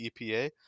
EPA